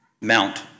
mount